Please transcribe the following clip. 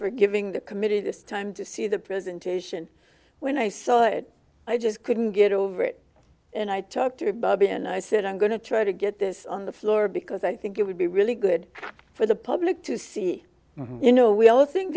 for giving the committee this time to see the presentation when i saw it i just couldn't get over it and i talked to bobby and i said i'm going to try to get this on the floor because i think it would be really good for the public to see you know we all think